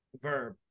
Verb